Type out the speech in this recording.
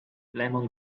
lemon